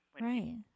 right